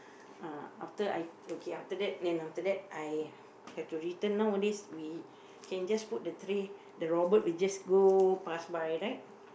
uh after I okay after that then after that I have to return nowadays we can just put the tray the robot will just go pass by right